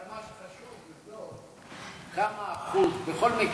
רק מה שחשוב לבדוק בכל מקרה,